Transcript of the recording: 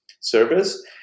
service